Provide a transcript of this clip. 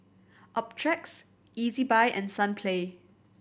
Optrex Ezbuy and Sunplay